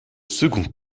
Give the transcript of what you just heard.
second